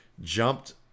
jumped